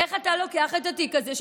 איך אתה לוקח את התיק הזה,